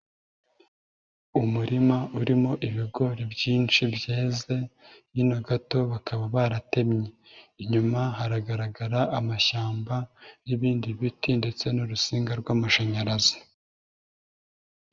Umurima urimo ibigori byinshi byeze, hino gato bakaba baratemye. Inyuma haragaragara amashyamba n'ibindi biti ndetse n'urunsinga rw'amashanyarazi.